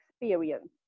experience